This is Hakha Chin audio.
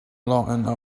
lawng